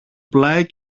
πλάι